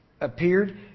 appeared